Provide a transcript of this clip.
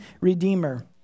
redeemer